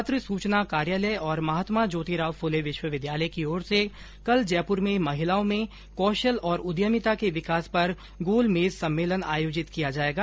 पत्र सूचना कार्यालय और महात्मा ज्योति राव फूले विश्वविद्यालय की ओर से कल जयपुर में महिलाओं में कौशल और उद्यमिता के विकास पर गोल मेज सम्मेलन आयोजित किया जायेगा